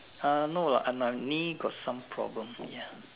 uh no lah my knee got some problem ya